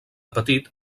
petit